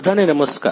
બધા ને નમસ્કાર